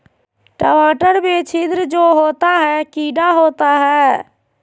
टमाटर में छिद्र जो होता है किडा होता है?